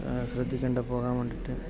ശ്രദ്ധിക്കേണ്ട പോകാൻ വേണ്ടിയിട്ട്